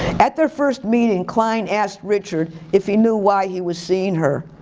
at their first meeting, klein asked richard if he knew why he was seeing her.